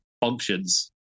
functions